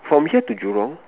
from here to Jurong